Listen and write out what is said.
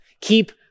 Keep